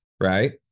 right